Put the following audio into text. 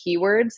keywords